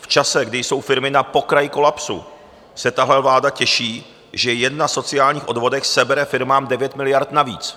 V čase, kdy jsou firmy na pokraji kolapsu, se tahle vláda těší, že jen na sociálních odvodech sebere firmám 9 miliard navíc.